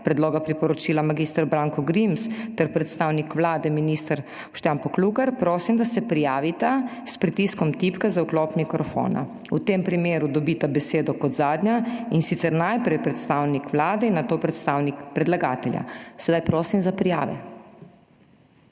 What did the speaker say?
predloga priporočila, mag. Branko Grims ter predstavnik Vlade, minister Boštjan Poklukar, prosim, da se prijavita s pritiskom tipke za vklop mikrofona. V tem primeru dobita besedo kot zadnja, in sicer najprej predstavnik Vlade in nato predstavnik predlagatelja. Sedaj prosim za prijave